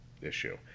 issue